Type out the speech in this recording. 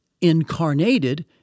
incarnated